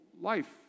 life